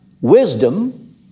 wisdom